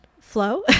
flow